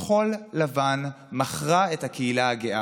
כחול לבן מכרה את הקהילה הגאה.